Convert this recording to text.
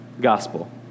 gospel